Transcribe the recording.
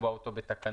לקבוע אותו בתקנות,